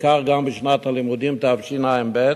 וכך גם בשנת הלימודים תשע"ב,